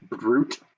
brute